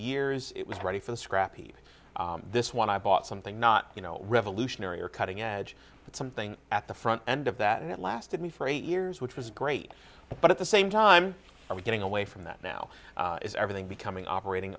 years it was ready for the scrappy this one i bought something not you know revolutionary or cutting edge but something at the front end of that and it lasted me for eight years which was great but at the same time i was getting away from that now is everything becoming operating